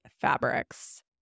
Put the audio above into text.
fabrics